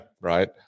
right